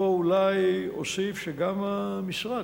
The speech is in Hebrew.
פה אולי אוסיף שגם המשרד,